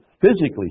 physically